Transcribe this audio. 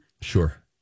Sure